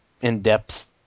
in-depth